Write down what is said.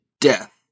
death